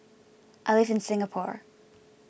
I live in Singapore